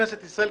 כנסת ישראל,